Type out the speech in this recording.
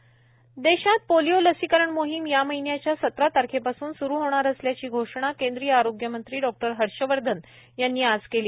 polio लसीकरण देशात polio लसीकरण मोहीम या महिन्याच्या सतरा तारखेपासून सुरू होणार असल्याची घोषणा केंद्रीय आरोग्यमंत्री डॉक्टर हर्षवर्धन यांनी आज केली